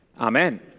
Amen